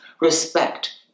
respect